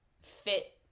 fit